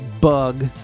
bug